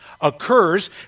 occurs